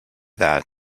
that